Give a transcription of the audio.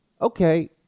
okay